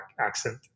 accent